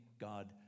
God